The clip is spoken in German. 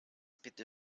bitte